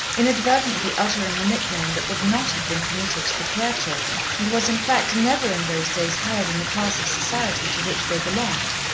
inadvertently uttering a nickname that would not have been permitted to the clare children, and was, in fact, never in those days heard in the class of society to which they belonged.